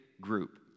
group